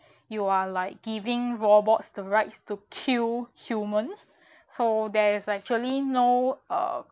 you are like giving robots the rights to kill humans so there's actually no uh